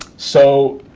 so,